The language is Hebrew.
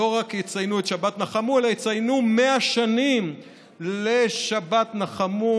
לא רק יציינו את שבת נחמו אלא יציינו 100 שנים לשבת נחמו,